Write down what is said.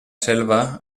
selva